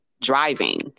driving